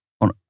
on